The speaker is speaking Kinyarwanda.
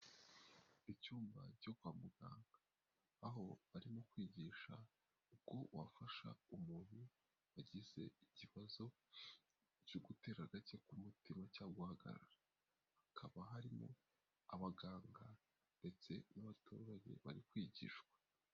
Icyumba cyo kwa muganga, aho barimo kwigisha uko wafasha umuntu wagize ikibazo cyo gutera gake k'umutima cyangwa guhagarara, hakaba harimo abaganga ndetse n'abaturage bari kwigishwa.